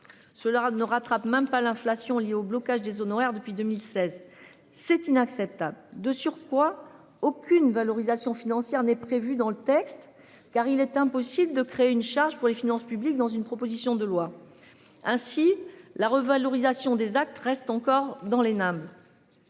Cela ne rattrape même pas l'inflation liée au blocage des honoraires depuis 2016. C'est inacceptable de surcroît aucune valorisation financière n'est prévue dans le texte car il est impossible de créer une charge pour les finances publiques dans une proposition de loi. Ainsi la revalorisation des actes restent encore dans les. Sans